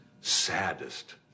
saddest